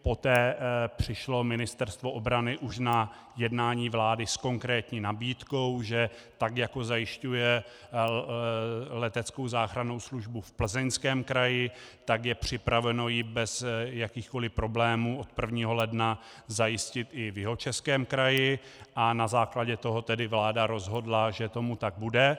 Poté přišlo Ministerstvo obrany už na jednání vlády s konkrétní nabídkou, že tak jako zajišťuje leteckou záchrannou službu v Plzeňském kraji, tak je připraveno ji bez jakýchkoli problémů od 1. ledna zajistit i v Jihočeském kraji, a na základě toho vláda rozhodla, že tomu tak bude.